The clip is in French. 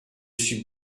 suis